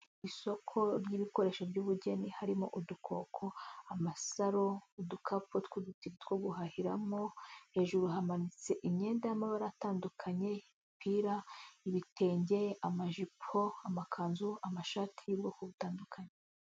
Isoko ry'ibikoresho by'ubugeni harimo udukoko, amasaro, udukapu tw'uduti two guhahiramo, hejuru hamanitse imyenda y'amabara atandukanye, imipira, ibitenge, amajipo, amakanzu, amashati y'ubwoko butandukanye.